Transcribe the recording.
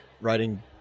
writing